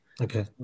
Okay